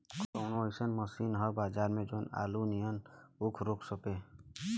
कवनो अइसन मशीन ह बजार में जवन आलू नियनही ऊख रोप सके?